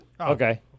Okay